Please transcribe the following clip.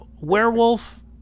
werewolf